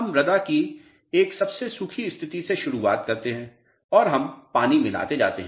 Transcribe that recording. हम मृदा की एक सबसे सूखी स्थिति से शुरुवात करते हैं और हम पानी मिलाते जाते हैं